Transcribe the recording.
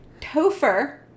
Topher